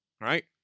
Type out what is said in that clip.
right